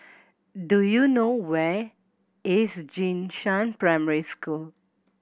do you know where is Jing Shan Primary School